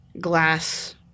glass